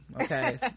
Okay